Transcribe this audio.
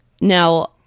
Now